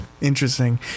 interesting